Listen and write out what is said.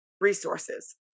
resources